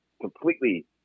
completely